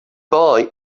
boy